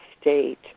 state